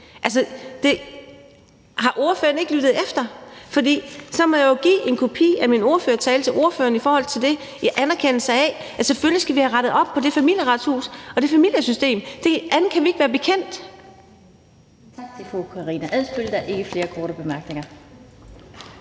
løse? Har ordføreren ikke lyttet efter? Så må jeg jo give en kopi af min ordførertale til ordføreren, for jeg anerkender, at vi selvfølgelig skal have rettet op på det Familieretshus og det familieretssystem. Andet kan vi ikke være bekendt.